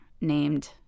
named